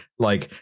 like,